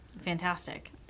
Fantastic